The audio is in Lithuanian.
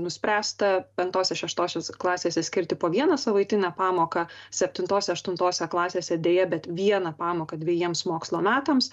nuspręsta penktose šestose klasėse skirti po vieną savaitinę pamoką septintose aštuntose klasėse deja bet vieną pamoką dvejiems mokslo metams